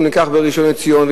בראשון-לציון,